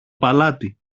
παλάτι